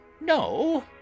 No